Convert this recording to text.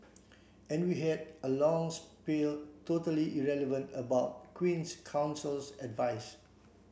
and we had a long spiel totally irrelevant about the Queen's Counsel's advice